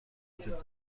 وجود